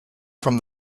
from